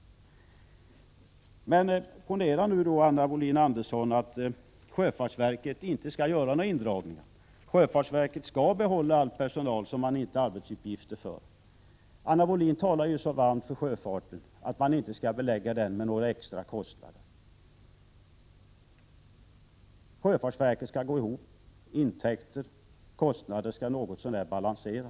Ponera, Anna Wohlin-Andersson, att sjöfartsverket inte skall göra några indragningar utan behålla all personal som man inte har arbetsuppgifter för. Anna Wohlin-Andersson talade ju så varmt för sjöfarten, att man inte skall belasta den med extra kostnader. Sjöfartsverket skall gå ihop, intäkter och kostnader skall något så när balansera.